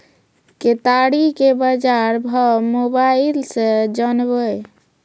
केताड़ी के बाजार भाव मोबाइल से जानवे?